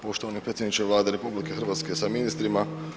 Poštovani predsjedniče Vlade RH sa ministrima.